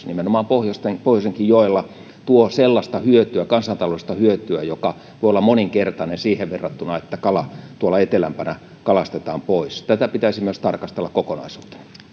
nimenomaan pohjoisenkin pohjoisenkin joilla tuo sellaista hyötyä kansantaloudellista hyötyä joka voi olla moninkertainen siihen verrattuna että kala tuolla etelämpänä kalastetaan pois tätä pitäisi myös tarkastella kokonaisuutena